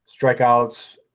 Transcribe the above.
strikeouts